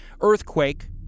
earthquake